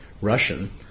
Russian